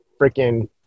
freaking